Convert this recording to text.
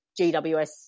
GWS